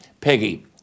Peggy